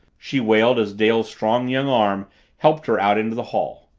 she wailed as dale's strong young arm helped her out into the hall.